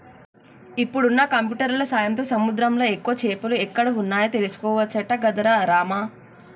ఇప్పుడున్న కంప్యూటర్ల సాయంతో సముద్రంలా ఎక్కువ చేపలు ఎక్కడ వున్నాయో తెలుసుకోవచ్చట గదరా రామా